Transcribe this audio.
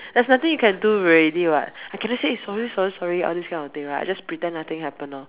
there's nothing you can do already what I cannot say eh sorry sorry sorry all this kind of thing right I just pretend nothing happen lor